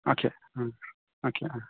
okay okay